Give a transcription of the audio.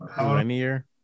Linear